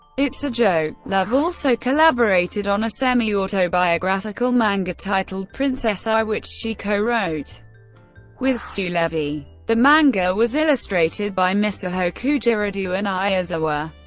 it's a joke. love also collaborated on a semi-autobiographical manga titled princess ai, which she co-wrote with stu levy. the manga was illustrated by misaho kujiradou and ai yazawa,